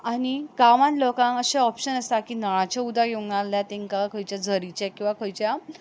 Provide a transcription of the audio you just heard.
आनी गांवांक लोकांक अशे ऑप्शन आसता की नळाचें उदक येवना जाल्यार तेंकां खंयचें झरीचें किंवा खंयच्या